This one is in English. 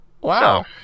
Wow